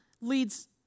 leads